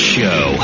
Show